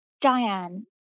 Diane